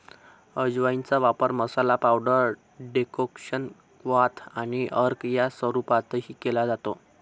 अजवाइनचा वापर masala, powder, decoction, क्वाथ आणि अर्क या स्वरूपातही केला जातो